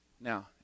Now